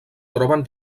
troben